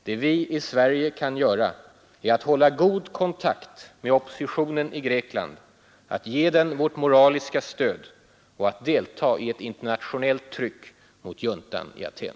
Det vi i Sverige kan göra är att hålla god kontakt med oppositionen i Grekland, att ge den vårt moraliska stöd och att delta i ett internationellt tryck mot juntan i Aten.